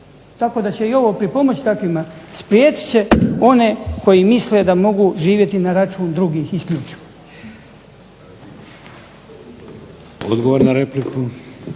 Tako da će i ovo pripomoći takvima, spriječit će one koji misle da mogu živjeti na račun drugih isključivo.